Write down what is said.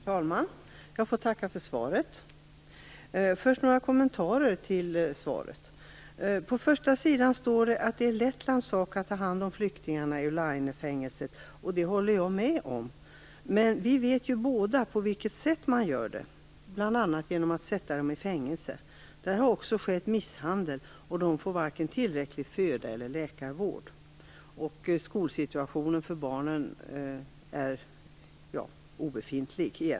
Herr talman! Jag får tacka för svaret. Först några kommentarer till svaret. På första sidan står att det är Lettlands sak att ta hand om flyktingarna i Olainefängelset, och det håller jag med om. Men vi vet båda på vilket sätt man gör det, bl.a. genom att sätta dem i fängelse. Det har också skett misshandel, och de får varken tillräcklig föda eller läkarvård. Skolsituationen för barnen är egentligen obefintlig.